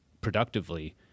productively